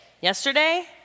Yesterday